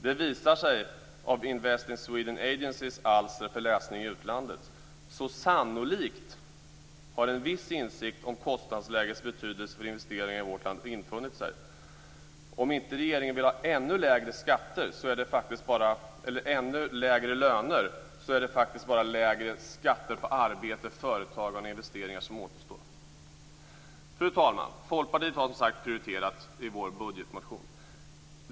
Det visar sig av Invest in Sweden Agencys alster för läsning i utlandet. Sannolikt har alltså en viss insikt om kostnadslägets betydelse för investeringar i vårt land infunnit sig. Om inte regeringen vill ha ännu lägre löner är det faktiskt bara lägre skatter på arbete, företagande och investeringar som återstår. Fru talman! Folkpartiet har som sagt prioriterat i sin budgetmotion.